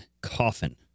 coffin